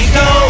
go